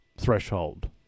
threshold